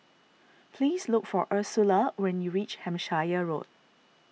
please look for Ursula when you reach Hampshire Road